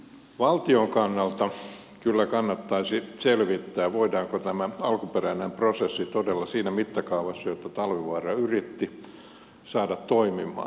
valtion kannalta kyllä kannattaisi selvittää voidaanko tämä alkuperäinen prosessi todella siinä mittakaavassa jota talvivaara yritti saada toimimaan